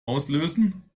auslösen